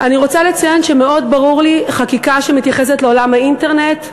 אני רוצה לציין שמאוד ברור לי: חקיקה שמתייחסת לעולם האינטרנט,